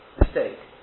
mistake